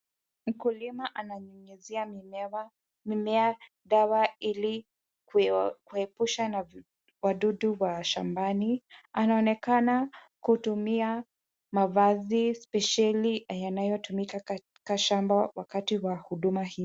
Mkulima ananyunyuzia mimea dawa ili kuepusha na wadudu wa shambani. Anaonekana kutumia mavazi spesheli yanayotumika katika shamba wakati wa huduma hii.